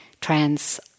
trans